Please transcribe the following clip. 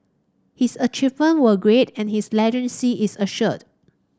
his achievement were great and his legacy is assured